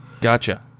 Gotcha